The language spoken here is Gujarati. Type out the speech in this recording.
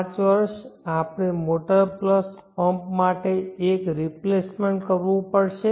5 વર્ષ આપણે મોટર પ્લસ પંપ માટે એક રિપ્લેસમેન્ટ કરવો પડશે